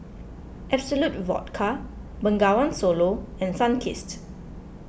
Absolut Vodka Bengawan Solo and Sunkist